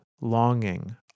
longing